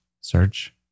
search